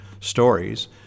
stories